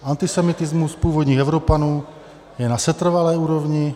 Antisemitismus původních Evropanů je na setrvalé úrovni.